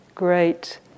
great